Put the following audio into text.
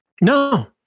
No